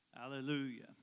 Hallelujah